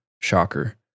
Shocker